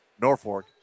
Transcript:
Norfolk